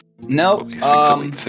No